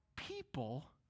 people